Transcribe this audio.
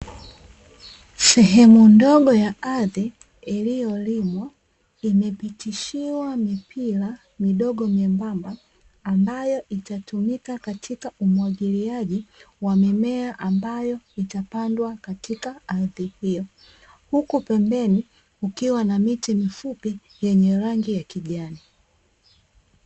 Sehemu ndogo ya ardhi iliyolimwa imepitishiwa mipira midogo mnyembamba, ambayo itatumika katika umwagiliaji wa mimea ambayo itapandwa katika ardhi hiyo. Huku pembeni kukiwa na miti mifupi yenye rangi ya kijani.